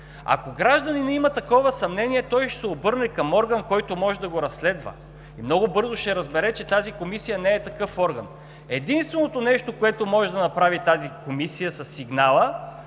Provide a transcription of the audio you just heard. Ако гражданинът има такова съмнение, той ще се обърне към орган, който може да го разследва, и много бързо ще разбере, че тази комисия не е такъв орган. Единственото нещо, което може да направи тази комисия със сигнала,